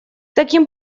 таким